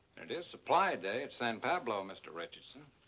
it is supply day at san pablo, mr. richardson.